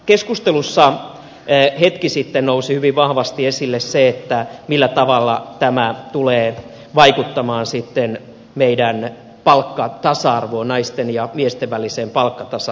keskustelussa hetki sitten nousi hyvin vahvasti esille se millä tavalla tämä tulee vaikuttamaan meidän palkkatasa arvoomme naisten ja miesten väliseen palkkatasa arvoon